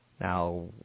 Now